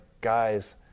guys